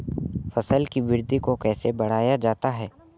फसल की वृद्धि को कैसे बढ़ाया जाता हैं?